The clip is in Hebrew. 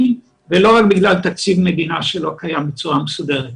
ולא בגלל תקציב מדינה שלא קיים בצורה מסודרת.